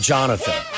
Jonathan